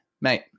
mate